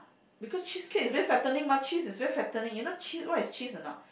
because cheesecake is very fattening mah cheese is very fattening you know cheese what is cheese or not